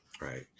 Right